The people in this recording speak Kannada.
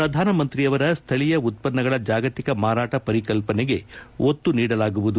ಪ್ರಧಾನಮಂತ್ರಿಯವರ ಸ್ವೀಯ ಉತ್ಪನ್ನಗಳ ಜಾಗತಿಕ ಮಾರಾಟ ಪರಿಕಲ್ಪನೆಗೆ ಒತ್ತು ನೀಡಲಾಗುವುದು